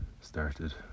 Started